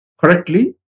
correctly